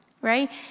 right